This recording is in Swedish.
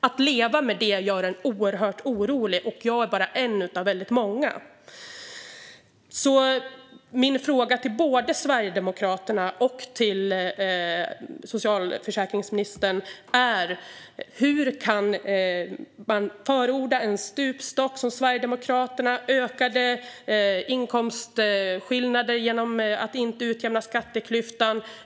Att leva med det gör en oerhört orolig, och jag är bara en av väldigt många. Min fråga till både Sverigedemokraterna och socialförsäkringsministern är: Hur kan man förorda en stupstock, som Sverigedemokraterna, och ökade inkomstskillnader genom att inte minska skatteklyftan?